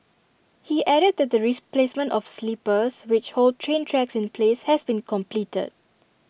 he added that the placement of sleepers which hold train tracks in place has been completed